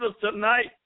tonight